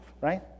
right